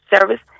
service